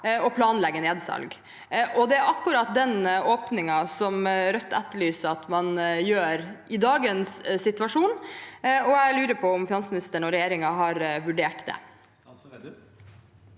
og planlegge nedsalg. Det er akkurat den åpningen som Rødt etterlyser at man gjør i dagens situasjon, og jeg lurer på om finansministeren og regjeringen har vurdert det.